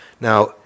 Now